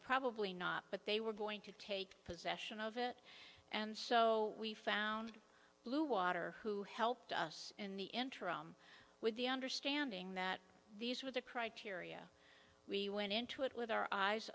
probably not but they were going to take possession of it and so we found bluewater who helped us in the interim with the understanding that these were the criteria we went into it with our eyes